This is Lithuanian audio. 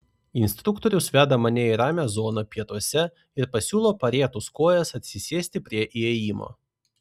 instruktorius veda mane į ramią zoną pietuose ir pasiūlo parietus kojas atsisėsti prie įėjimo